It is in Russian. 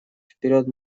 вперед